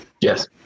Yes